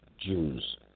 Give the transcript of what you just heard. Jews